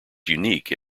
unique